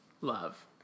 love